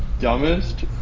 dumbest